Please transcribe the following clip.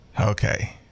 Okay